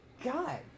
God